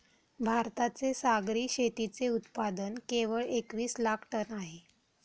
भारताचे सागरी शेतीचे उत्पादन केवळ एकवीस लाख टन आहे